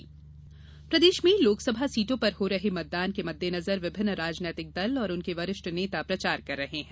चुनाव प्रचार प्रदेश में लोकसभा सीटों पर हो रहे मतदान के मददेनजर विभिन्न राजनैतिक दल और उनके वरिष्ठ नेता प्रचार कर रहे है